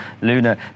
Luna